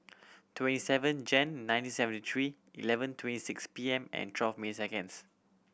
twenty seven Jan nineteen seventy three eleven twenty six P M and twelve minutes seconds